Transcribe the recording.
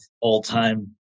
all-time